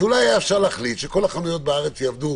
אז אולי היה אפשר להחליט שכל החנויות בארץ יעבדו